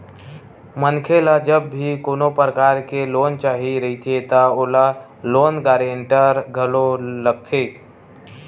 मनखे ल जब भी कोनो परकार के लोन चाही रहिथे त ओला लोन गांरटर घलो लगथे